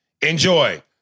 Enjoy